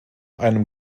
einem